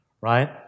right